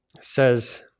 says